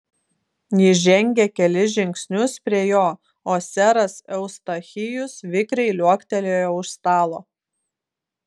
jis žengė kelis žingsnius prie jo o seras eustachijus vikriai liuoktelėjo už stalo